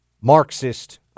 Marxist